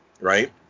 right